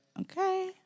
Okay